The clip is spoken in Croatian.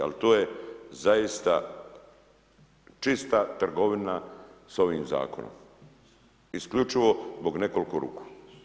Ali to je zaista čista trgovina sa ovim zakonom isključivo zbog nekoliko ruku.